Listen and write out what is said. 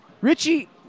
Richie